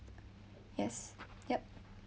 yes yup